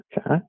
Okay